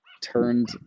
turned